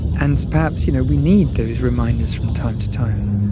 and perhaps you know we need those reminders from time to time.